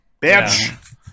Bitch